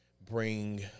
bring